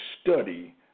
study